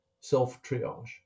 self-triage